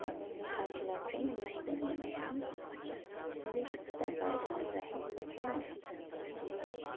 हामी नेपालीलाई चाहिँ वेस्ट बेङ्गलमा चाहिँ अलिकति दबाएर नै राखेको छ अनि